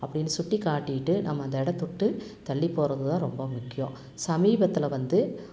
அப்படின்னு சுட்டிக் காட்டிட்டு நம்ம அந்த இடத்த விட்டு தள்ளிப் போகிறது தான் ரொம்ப முக்கியம் சமீபத்தில் வந்து